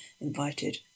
invited